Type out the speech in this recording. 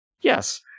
yes